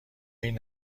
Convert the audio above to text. این